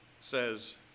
says